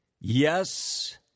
Yes